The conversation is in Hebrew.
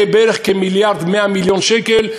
בערך מיליארד ו-100 מיליון שקל,